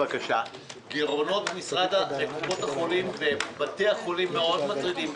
גירעונות קופות החולים ובתי החולים מאד מטרידים.